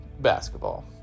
basketball